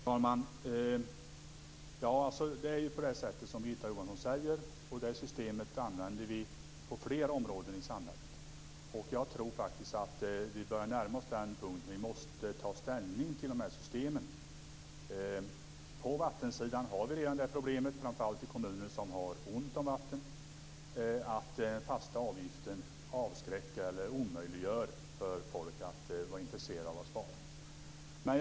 Fru talman! Det är så som Birgitta Johansson säger. Vi använder det här systemet på fler områden i samhället. Jag tror faktiskt att vi börjar närma oss den punkt där vi måste ta ställning till de här systemen. På vattensidan har vi redan problem, framför allt i kommuner som har ont om vatten, med att den fasta avgiften avskräcker eller omöjliggör för folk att vara intresserade av att spara.